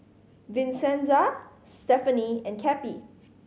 Vincenza Stefanie and Cappie